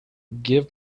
give